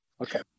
Okay